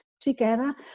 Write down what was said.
together